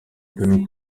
toni